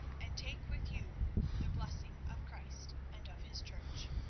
and take with you the blessing of christ and of his church.